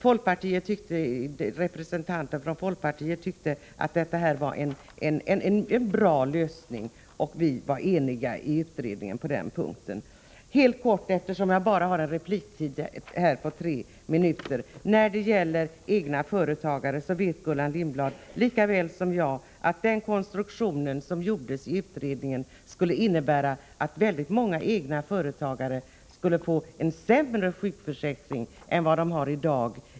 Folkpartiets representanter tyckte att det här var en bra lösning, och vi var också eniga på den punkten i utredningen. Helt kort, eftersom jag bara har tre minuters repliktid: När det gäller egna företagare, så vet Gullan Lindblad lika bra som jag att den konstruktion som åstadkommes inom utredningen skulle innebära att många egna företagare skulle få en sämre sjukförsäkring än vad de har i dag.